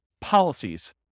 policies